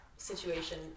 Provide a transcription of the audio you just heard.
situation